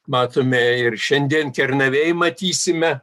matome ir šiandien kernavėj matysime